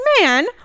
man